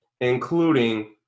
including